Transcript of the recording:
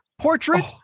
portrait